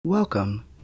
Welcome